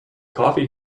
coffee